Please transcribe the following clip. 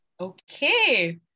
okay